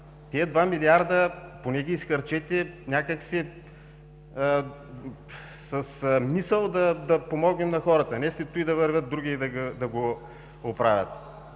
два милиарда поне ги изхарчете някак си с мисъл да помогнем на хората, а не след това да вървят други и да го оправят.